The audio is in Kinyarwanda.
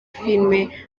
filime